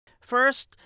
First